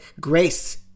grace